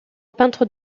peintre